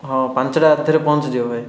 ହଁ ପାଞ୍ଚଟା ରାତିରେ ପହଞ୍ଚିଯିବ ଭାଇ